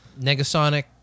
Negasonic